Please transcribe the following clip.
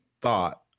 thought